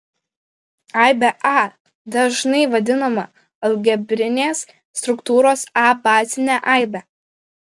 aibė a dažnai vadinama algebrinės struktūros a bazine aibe